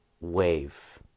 wave